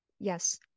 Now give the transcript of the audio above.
Yes